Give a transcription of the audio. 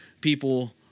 people